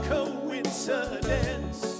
Coincidence